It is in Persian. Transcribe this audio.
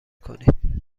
کنید